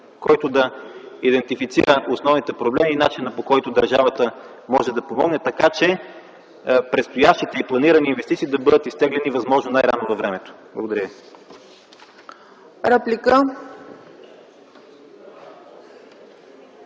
който да идентифицира основните проблеми и начина, по който държавата може да помогне така, че предстоящите и планирани инвестиции да бъдат изтеглени възможно най-рано във времето. Благодаря